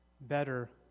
better